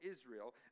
Israel